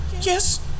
Yes